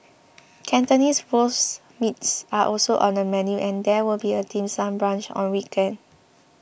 Cantonese Roast Meats are also on the menu and there will be a dim sum brunch on weekends